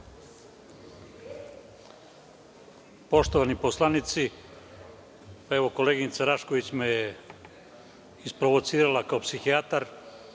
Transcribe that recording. Poštovani poslanici, koleginica Rašković me je isprovocirala kao psihijatar.